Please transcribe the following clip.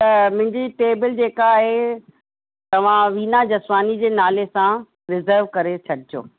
त मुंहिंजी टेबल जेका आहे तव्हां वीना जसवानी जे नाले सां रिजर्व करे छॾिजो